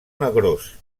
negrós